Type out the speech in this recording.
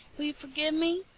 will you forgive me?